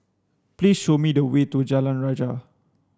please show me the way to Jalan Rajah